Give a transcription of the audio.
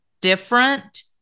different